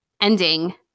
ending